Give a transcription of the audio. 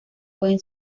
pueden